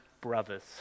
brothers